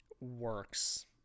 works